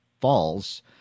falls